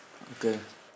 okay